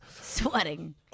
sweating